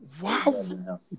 Wow